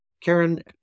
Karen